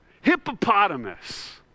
Hippopotamus